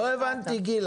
לא הבנתי גיל,